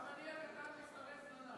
גם אני הקטן מצטרף.